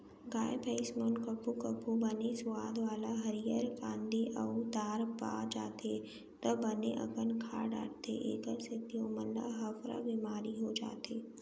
गाय भईंस मन कभू कभू बने सुवाद वाला हरियर कांदी अउ दार पा जाथें त बने अकन खा डारथें एकर सेती ओमन ल अफरा बिमारी हो जाथे